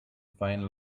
find